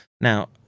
Now